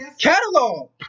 Catalog